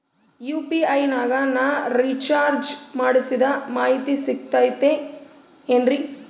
UPI ನಾಗ ನಾ recharge ಮಾಡಿಸಿದ ಮಾಹಿತಿ ಸಿಕ್ತದೆ ಏನ್ರಿ?